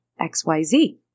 XYZ